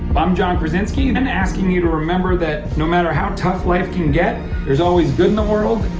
i'm john krasinski, and i'm and asking you to remember that, no matter how tough life can get, there is always good in the world.